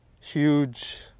huge